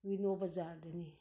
ꯋꯤꯅꯣ ꯕꯥꯖꯥꯔꯗꯅꯤ